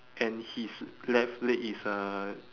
and his left leg is a